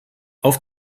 auf